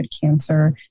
cancer